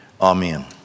amen